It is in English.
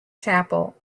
chapel